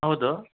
ಹೌದು